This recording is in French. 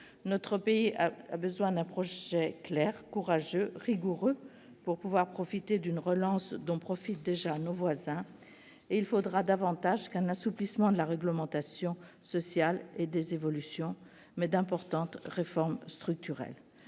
Notre pays a besoin d'un projet clair, courageux, rigoureux, pour pouvoir profiter d'une relance dont profitent déjà nos voisins. Pour cela, il faudra davantage qu'un assouplissement de la réglementation sociale et des évolutions : il faudra d'importantes réformes structurelles.